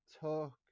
talk